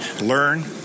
learn